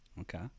okay